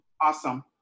Awesome